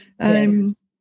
Yes